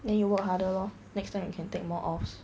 then you work harder loh next time you can take more offs